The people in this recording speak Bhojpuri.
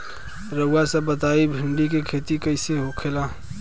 रउआ सभ बताई भिंडी क खेती कईसे होखेला?